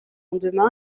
lendemain